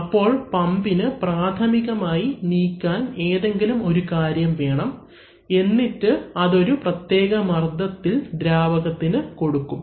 അപ്പോൾ പാമ്പിന് പ്രാഥമികമായി നീക്കാൻ ഏതെങ്കിലും ഒരു കാര്യം വേണം എന്നിട്ട് അതൊരു പ്രത്യേക മർദ്ദത്തിൽ ദ്രാവകത്തിന് കൊടുക്കും